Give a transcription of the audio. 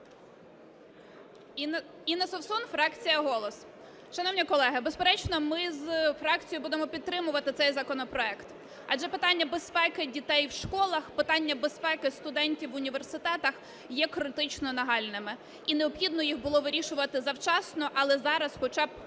Інна Совсун, фракція "Голос". Шановні колеги, безперечно, ми з фракцією будемо підтримувати цей законопроект, адже питання безпеки дітей в школах, питання безпеки студентів в університетах є критично нагальними, і необхідно їх було вирішувати завчасно, але зараз хоча б